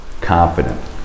confident